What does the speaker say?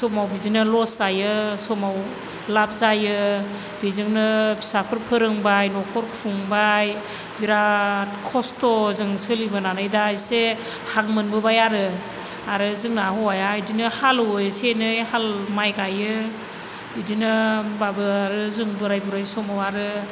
समाव बिदिनो लस जायो समाव लाभ जायो बिजोंनो फिसाफोर फोरोंबाय नखर खुंबाय बिराथ खस्थ'जों सोलिबोनानै दा एसे हां मोनबोबाय आरो आरो जोंना हौवाया बिदिनो हालौवो एसे एनै हाल माय गायो बिदिनो होमबाबो आरो जों बोराय बुरि समाव आरो